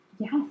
Yes